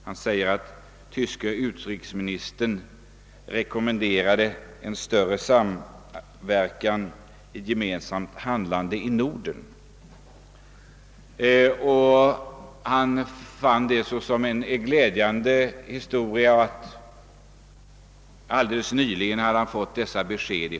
Han ansåg det vara glädjande, att den tyske utrikesministern Brandt alldeles nyligen med delat honom att ett gemensamt handlande av de nordiska länderna var att rekommendera.